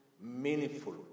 meaningful